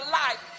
life